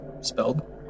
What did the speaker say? spelled